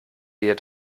wir